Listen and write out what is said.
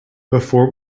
before